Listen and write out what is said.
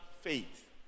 faith